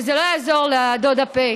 וזה לא יעזור לדודה פ'